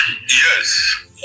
Yes